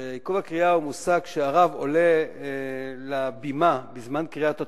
עיכוב הקריאה הוא שהרב עולה לבימה בזמן קריאת התורה,